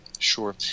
sure